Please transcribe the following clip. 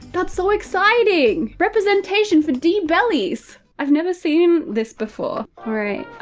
that's so exciting! representation for d-bellies. i've never seen this before. right.